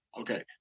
Okay